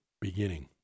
beginning